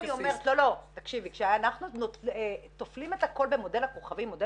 כאשר אנחנו לוקחים הכול במודל הכוכבים,